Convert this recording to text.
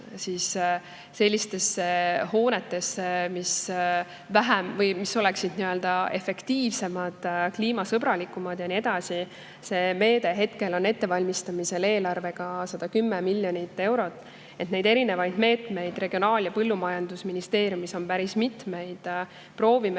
sellistesse hoonetesse, mis oleksid efektiivsemad, kliimasõbralikumad ja nii edasi. See meede on ettevalmistamisel eelarvega 110 miljonit eurot. Neid erinevaid meetmeid Regionaal- ja Põllumajandusministeeriumis on päris mitmeid. Proovime